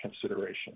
consideration